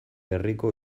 herriko